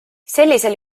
sellisel